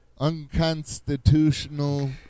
Unconstitutional